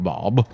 Bob